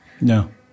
no